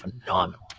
phenomenal